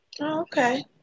Okay